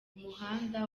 umuhanda